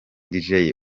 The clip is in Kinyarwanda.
deejay